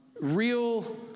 real